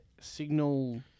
signal